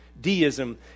deism